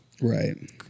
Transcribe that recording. Right